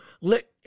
Let